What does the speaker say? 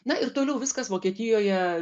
na ir toliau viskas vokietijoje